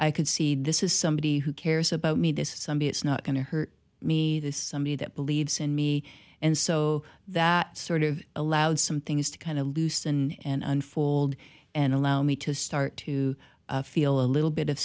i could see this is somebody who cares about me this is somebody it's not going to hurt me this somebody that believes in me and so that sort of allowed some things to kind of loosen and unfold and allow me to start to feel a little bit of